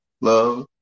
love